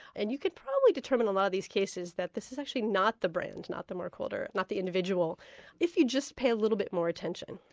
and you could probably determine in a lot of these cases that this is actually not the brand, not the mark holder, not the individual if you just pay a little bit more attention.